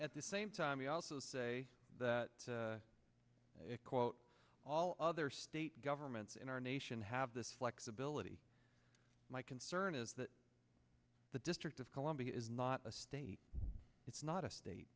at the same time we also say that it quote all other state governments in our nation have this flexibility my concern is that the district of columbia is not a state it's not a state